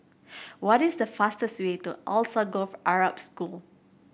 what is the fastest way to Alsagoff Arab School